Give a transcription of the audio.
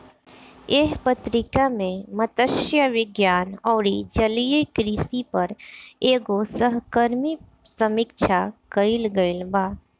एह पत्रिका में मतस्य विज्ञान अउरी जलीय कृषि पर एगो सहकर्मी समीक्षा कईल गईल बा